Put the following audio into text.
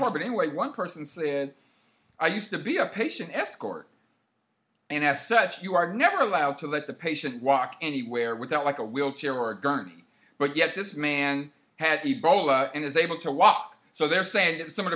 core but anyway one person said i used to be a patient an escort and as such you are never allowed to let the patient walk anywhere without like a wheelchair or gurney but yet this man had a boat and is able to walk so they're saying that some of